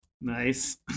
Nice